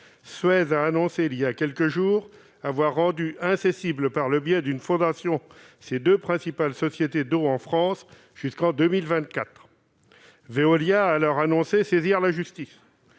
de déclarer il y a quelques jours avoir rendu incessibles, par le biais d'une fondation, ses deux principales sociétés d'eau en France jusqu'en 2024. Veolia a alors saisi la justice.